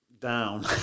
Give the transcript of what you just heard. down